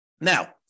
Now